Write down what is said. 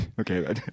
Okay